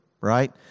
right